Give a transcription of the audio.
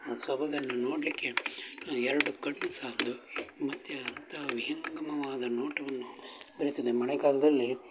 ಆ ಸೊಬಗನ್ನು ನೋಡಲಿಕ್ಕೆ ಎರಡು ಕಣ್ಣು ಸಾಲದು ಮತ್ತು ಅಂತಹ ವಿಹಂಗಮವಾದ ನೋಟವನ್ನು ದೊರೆಯುತ್ತದೆ ಮಳೆಗಾಲದಲ್ಲಿ